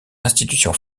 institutions